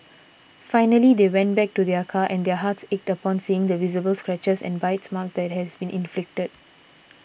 finally they went back to their car and their hearts ached upon seeing the visible scratches and bite marks that had been inflicted